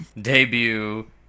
debut